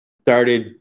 started